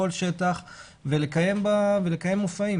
כל שטח ולקיים מופעים.